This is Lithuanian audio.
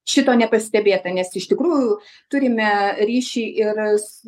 šito nepastebėta nes iš tikrųjų turime ryšį ir s